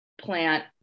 plant